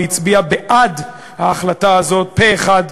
הצביע בעד ההחלטה הזאת פה-אחד,